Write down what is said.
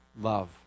love